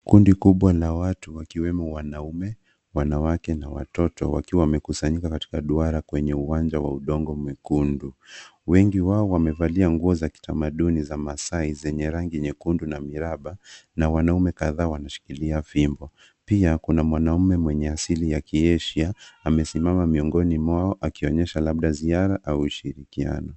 Kundi kubwa la watu wakiwemo wanaume, wanawake na watoto wakiwa wamekusanyika katika duara kwenye uwanja wa udongo mwekundu. Wengi wao wamevalia nguo za kitamaduni za Maasai zenye rangi nyekundu na miraba na wanaume kadhaa wanashikilia fimbo. Pia kuna mwanaume mwenye asili ya kiasia. Amesimama miongoni mwao akionyesha labda ziara au ushirikiano.